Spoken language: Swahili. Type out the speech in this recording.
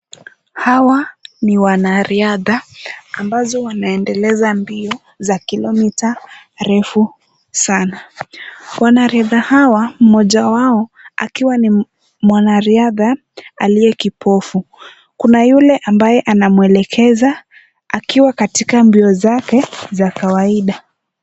Hawa ni wanariadha ambazo wanaendeleza mbio za kilomita refu sana. Wanariadha hawa mmoja wao akiwa ni mwanariadha aliye kipofu. Kuna yule ambaye anamwelekeza akiwa katika mbio zake za kawaida.